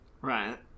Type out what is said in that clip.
Right